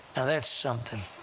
and that's something.